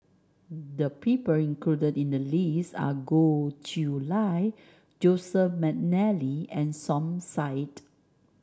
the people included in the list are Goh Chiew Lye Joseph McNally and Som Said